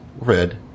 Red